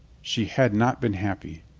she had not been happy.